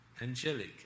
angelic